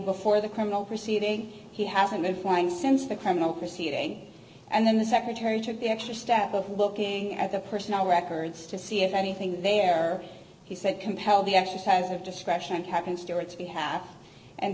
before the criminal proceeding he hasn't been flying since the criminal proceeding and then the secretary took the extra step of looking at the personnel records to see if anything there he said compel the exercise of discretion